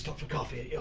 for coffee at yours.